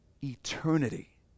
Eternity